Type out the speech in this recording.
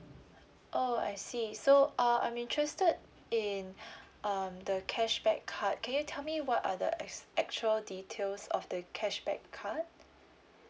oh I see okay so err I'm interested in um the cashback card can you tell me what are the ex~ actual details of the cashback card